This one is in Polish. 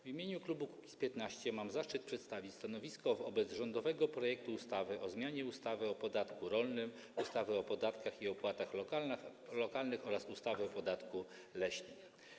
W imieniu klubu Kukiz’15 mam zaszczyt przedstawić stanowisko wobec rządowego projektu ustawy o zmianie ustawy o podatku rolnym, ustawy o podatkach i opłatach lokalnych oraz ustawy o podatku leśnym.